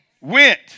went